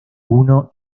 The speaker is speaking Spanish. uno